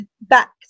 back